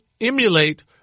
emulate